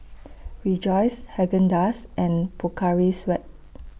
Rejoice Haagen Dazs and Pocari Sweat